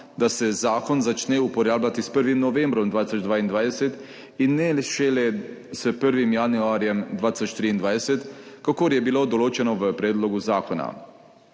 da se zakon začne uporabljati s 1. novembrom 2022 in ne šele s 1. januarjem 2023, kakor je bilo določeno v predlogu zakona.